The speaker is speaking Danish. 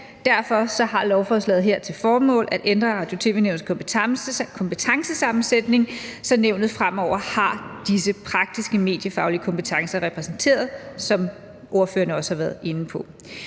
Derfor har lovforslaget her til formål at ændre Radio- og tv-nævnets kompetencesammensætning, så nævnet fremover har disse praktiske mediefaglige kompetencer repræsenteret, hvad ordførerne også har været inde på.